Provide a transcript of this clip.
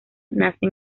nacen